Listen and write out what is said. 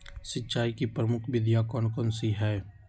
सिंचाई की प्रमुख विधियां कौन कौन सी है?